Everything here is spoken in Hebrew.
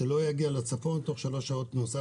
שלא יגיע לצפון ותוך שלוש שעות הוא נוסע